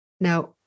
Now